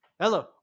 Hello